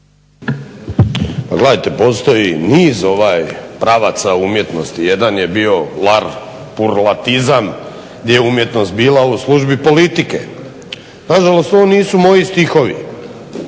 Pa gledajte postoji niz pravaca umjetnosti. Jedan je bio larpurlatizam gdje je umjetnost bila u službi politike. Nažalost, ovo nisu moji stihovi,